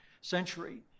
century